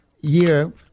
year